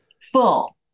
full